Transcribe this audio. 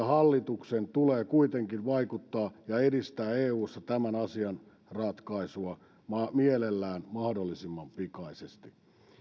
hallituksen tulee kuitenkin vaikuttaa ja edistää eussa tämän asian ratkaisua mielellään mahdollisimman pikaisesti